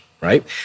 right